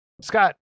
Scott